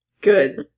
Good